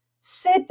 sit